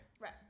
Right